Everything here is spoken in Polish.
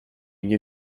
nie